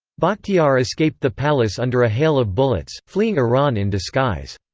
bakhtiar escaped the palace under a hail of bullets, fleeing iran in disguise.